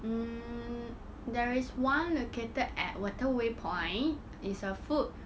mm there is one located at waterway point it's a food